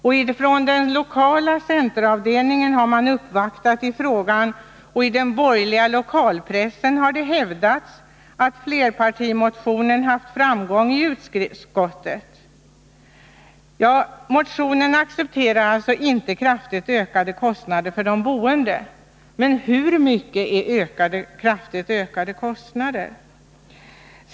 Ifrån den lokala Nr 52 centeravdelningen har man uppvaktat i frågan, och i den borgerliga lokalpressen har det hävdats att flerpartimotionen haft framgång i utskottet. I motionen accepteras alltså inte kraftigt ökade kostnader för de boende, men hur mycket är kraftigt ökade kostnader?